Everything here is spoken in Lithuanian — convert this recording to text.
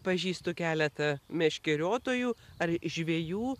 pažįstu keletą meškeriotojų ar žvejų